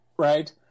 Right